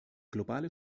globale